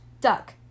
Duck